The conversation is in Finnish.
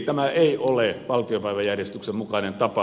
tämä ei ole valtiopäiväjärjestyksen mukainen tapa